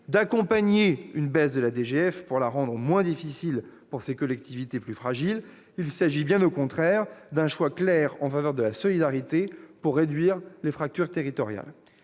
d'accompagner une baisse de la DGF afin de la rendre moins difficile pour les collectivités les plus fragiles. Il s'agit, bien au contraire, d'un choix clair en faveur de la solidarité pour réduire les fractures territoriales.